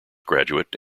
graduate